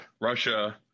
Russia